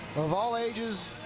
of all ages,